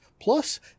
plus